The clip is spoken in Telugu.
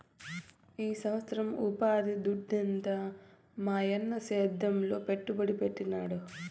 ఈ సంవత్సరం ఉపాధి దొడ్డెంత మాయన్న సేద్యంలో పెట్టుబడి పెట్టినాడు